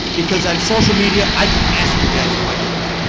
because on social media i can ask you guys questions.